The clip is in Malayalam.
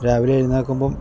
രാവിലെ എഴുന്നേക്കുമ്പം